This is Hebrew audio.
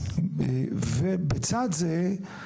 ולצד זה,